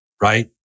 Right